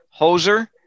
hoser